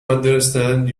understand